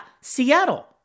Seattle